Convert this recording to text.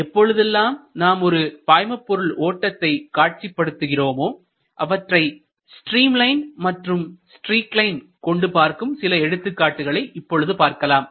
எப்பொழுதெல்லாம் நாமொரு பாய்மபொருள் ஓட்டத்தை காட்சிப்படுத்துகிறோமோ அவற்றை ஸ்ட்ரீம் லைன் மற்றும் ஸ்ட்ரீக் லைன் கொண்டு பார்க்கும் சில எடுத்துக்காட்டுகளை இப்போது பார்க்கலாம்